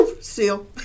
Seal